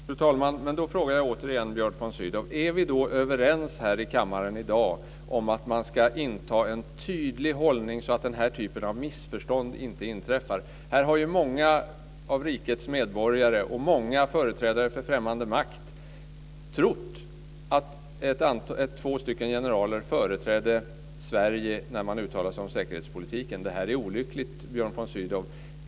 Fru talman! Men då frågar jag återigen Björn von Sydow: Är vi överens här i kammaren i dag om att man ska inta en tydlig hållning så att den här typen av missförstånd inte inträffar? Här har ju många av rikets medborgare och många företrädare för främmande makt trott att två generaler företrädde Sverige när de uttalade sig om säkerhetspolitiken. Det är olyckligt, Björn von Sydow.